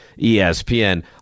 ESPN